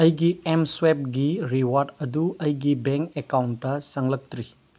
ꯑꯩꯒꯤ ꯑꯦꯝ ꯁ꯭ꯋꯦꯞꯀꯤ ꯔꯤꯋꯥꯔꯠ ꯑꯗꯨ ꯑꯩꯒꯤ ꯕꯦꯡ ꯑꯦꯛꯀꯥꯎꯟꯇ ꯆꯪꯂꯛꯇ꯭ꯔꯤ